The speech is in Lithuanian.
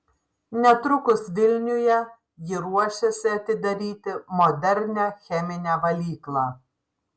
netrukus vilniuje ji ruošiasi atidaryti modernią cheminę valyklą